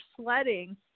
sledding